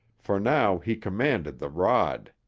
for now he commanded the rod.